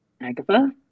Agatha